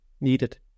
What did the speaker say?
needed